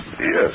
Yes